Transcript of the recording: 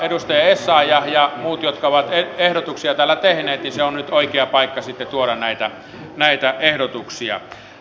edustaja essayah ja muut jotka ovat ehdotuksia täällä tehneet se on nyt oikea paikka sitten tuoda näitä ehdotuksia